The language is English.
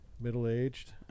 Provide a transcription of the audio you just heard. middle-aged